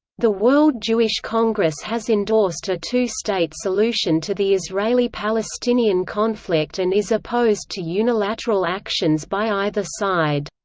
the world jewish congress has endorsed a two-state solution to the israeli-palestinian conflict and is opposed to unilateral actions by either side.